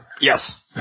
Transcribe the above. Yes